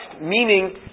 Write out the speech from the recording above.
Meaning